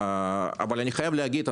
אבל אני חייב להגיד,